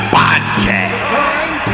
Podcast